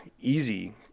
easy